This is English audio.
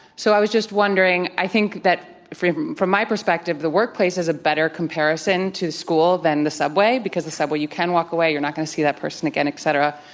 so i was just wondering, i think that from from my perspective the workplace is a better comparison to school than the subway because the subway you can walk away, you're not going to see that person again, et cetera.